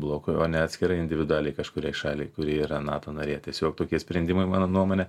blokui o ne atskirai individualiai kažkuriai šaliai kuri yra nato narė tiesiog tokie sprendimai mano nuomone